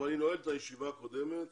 הישיבה ננעלה